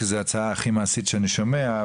כי זו ההצעה הכי מעשית שאני שומע.